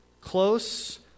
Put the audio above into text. Close